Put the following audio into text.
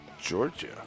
Georgia